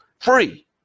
free